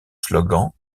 slogan